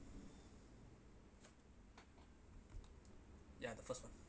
ya the first [one]